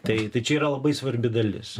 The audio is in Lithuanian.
tai tai čia yra labai svarbi dalis